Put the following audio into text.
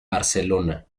barcelona